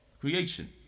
creation